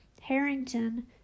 Harrington